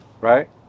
right